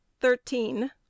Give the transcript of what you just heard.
thirteen